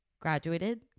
Graduated